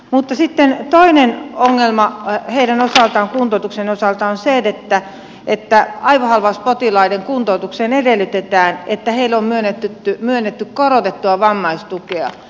mutta sitten toinen ongelma heidän kuntoutuksensa osalta on se että aivohalvauspotilaiden kuntoutuksessa edellytetään että heille on myönnetty korotettua vammaistukea